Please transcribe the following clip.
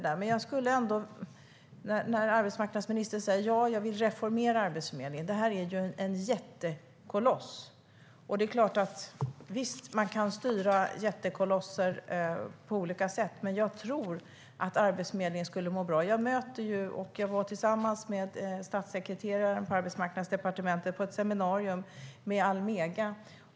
Arbetsmarknadsministern säger att hon vill reformera Arbetsförmedlingen, som ju är en jättekoloss. Visst, man kan styra jättekolosser på olika sätt, men jag tror att Arbetsförmedlingen skulle må bra av fler aktörer på marknaden. Jag var tillsammans med statssekreteraren på Arbetsmarknadsdepartementet på ett seminarium med Almega.